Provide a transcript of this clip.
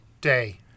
Day